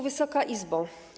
Wysoka Izbo!